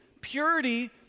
Purity